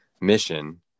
mission